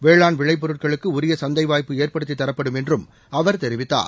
வேளாண் விளை பொருட்களுக்கு உரிய சந்தை வாய்ப்பு ஏற்படுத்தித் தரப்படும் என்றும் அவர் தெரிவித்தார்